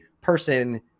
person